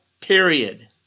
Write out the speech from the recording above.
period